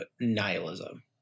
nihilism